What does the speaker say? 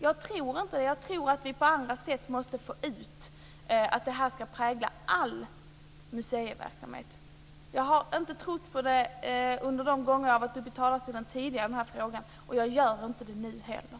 Jag tror att vi på andra sätt måste få ut att det här ska prägla all museiverksamhet. Jag har inte trott på tanken om ett centralt kvinnomuseum under de gånger som jag har varit uppe i talarstolen tidigare i den här frågan, och jag gör det inte nu heller.